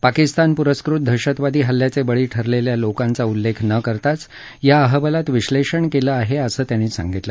पाकिस्तान पुरस्कृत दहशतवादी हल्ल्याचे बळी रलेल्या लोकांचा उल्लेख न करताच या अहवालात विश्लेषण केलं आहे असं त्यांनी सांगितलं